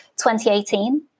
2018